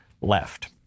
left